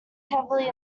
heavily